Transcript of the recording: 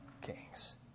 kings